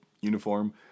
uniform